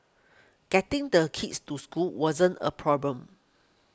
getting the kids to school wasn't a problem